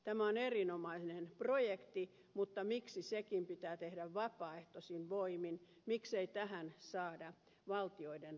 tämä on erinomainen projekti mutta miksi sekin pitää tehdä vapaaehtoisin voimin miksei tähän saada valtioiden rahaa